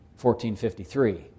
1453